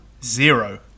Zero